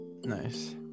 Nice